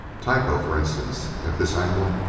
tycho, for instance, at this angle?